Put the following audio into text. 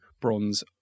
bronze